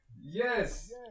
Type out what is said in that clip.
Yes